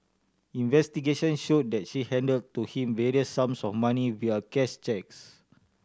investigation show that she hand to him various sums of money via cash cheques